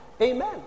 Amen